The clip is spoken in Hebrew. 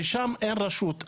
ושם אין רשות.